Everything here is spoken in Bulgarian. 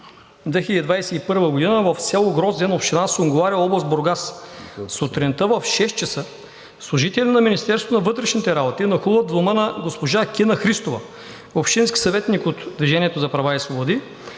2021 г. в село Грозден, община Сунгурларе, област Бургас. Сутринта в шест часа служители на Министерството на вътрешните работи нахлуват в дома на госпожа Кина Христова, общински съветник от „Движение за права и свободи“,